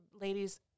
ladies